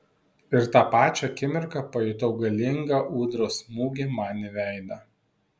ir tą pačią akimirką pajutau galingą ūdros smūgį man į veidą